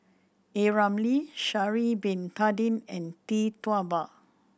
A Ramli Sha'ari Bin Tadin and Tee Tua Ba